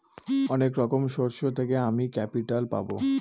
অনেক রকম সোর্স থেকে আমি ক্যাপিটাল পাবো